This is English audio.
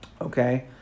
Okay